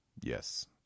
Yes